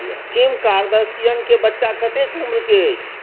किम कार्दशिअनके बच्चा कतेक उम्रके अछि